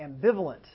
Ambivalent